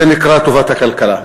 זה נקרא "טובת הכלכלה".